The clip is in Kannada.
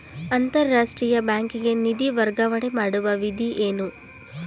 ಅಂತಾರಾಷ್ಟ್ರೀಯ ಬ್ಯಾಂಕಿಗೆ ನಿಧಿ ವರ್ಗಾವಣೆ ಮಾಡುವ ವಿಧಿ ಏನು?